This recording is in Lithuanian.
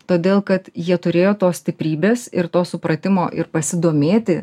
todėl kad jie turėjo tos stiprybės ir to supratimo ir pasidomėti